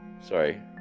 sorry